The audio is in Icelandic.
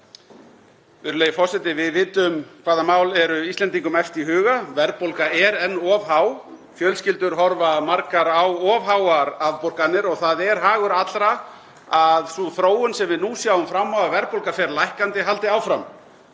Virðulegi forseti. Við vitum hvaða mál eru Íslendingum efst í huga. Verðbólga er enn of há, fjölskyldur horfa margar á of háar afborganir og það er hagur allra að sú þróun sem við nú sjáum fram á, að verðbólga fer lækkandi, haldi áfram.